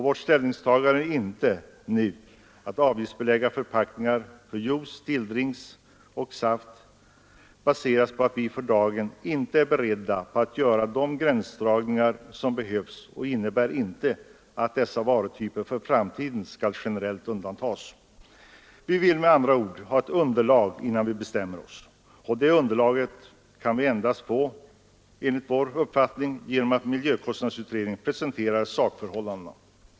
Vårt ställningstagande att inte nu avgiftsbelägga förpackningar för juice, stilldrinkar och saft baseras på att vi för dagen icke är beredda att göra de gränsdragningar som behövs och innebär inte att dessa varutyper för framtiden skall generellt undantas. Vi vill med andra ord ha ett underlag innan vi bestämmer oss. Det underlaget kan vi enligt vår uppfattning endast få genom att miljökostnadsutredningen presenterar sakförhållandena.